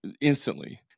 instantly